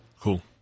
Cool